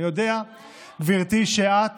אני יודע, גברתי, שאת